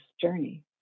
journey